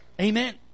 Amen